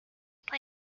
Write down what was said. play